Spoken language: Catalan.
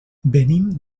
venim